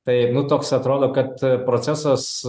tai nu toks atrodo kad procesas